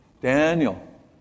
Daniel